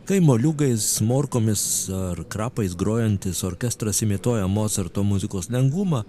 kai moliūgais morkomis ar krapais grojantis orkestras imituoja mocarto muzikos lengvumą